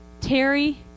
terry